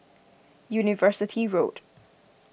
University Road